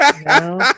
No